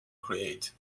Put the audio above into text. create